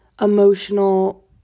emotional